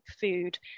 food